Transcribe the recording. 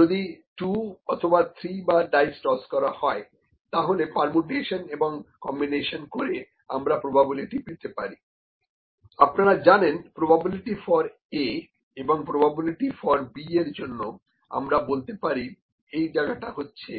যদি 2 অথবা 3 বার ডাইস টস করা হয় তাহলে পার্মুটেশন এবং কম্বিনেশন করে আমরা প্রোবাবিলিটি পেতে পারি আপনারা জানেন প্রোবাবিলিটি ফর A এবং প্রোবাবিলিটি ফর B এর জন্যআমরা বলতে পারি এই জায়গাটা হচ্ছে